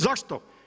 Zašto?